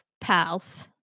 pals